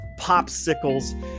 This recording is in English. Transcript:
popsicles